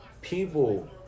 people